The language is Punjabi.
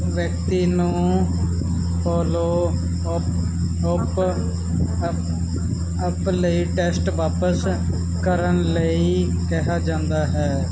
ਵਿਅਕਤੀ ਨੂੰ follow up up up up ਲਈ ਟੈਸਟ ਵਾਪਿਸ ਕਰਨ ਲਈ ਕਿਹਾ ਜਾਂਦਾ ਹੈ